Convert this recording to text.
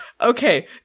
okay